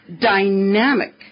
dynamic